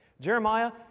Jeremiah